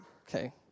Okay